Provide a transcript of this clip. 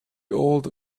old